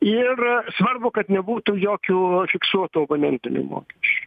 ir svarbu kad nebūtų jokių fiksuotų abonentinių mokesčių